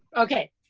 okay,